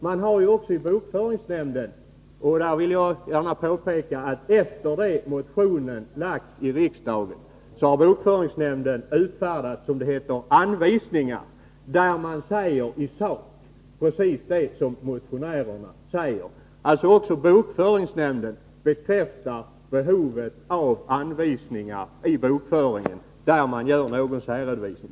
Vidare har bokföringsnämnden — jag vill gärna påpeka att det skett efter det att motionen väckts i riksdagen — utfärdat anvisningar, där man i sak säger precis detsamma som motionärerna. Bokföringsnämnden bekräftar alltså behovet av anvisningar i bokföringen vad gäller särredovisning.